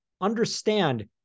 understand